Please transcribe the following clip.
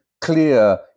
clear